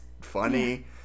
funny